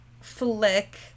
flick